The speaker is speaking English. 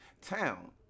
town